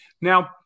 Now